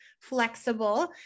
flexible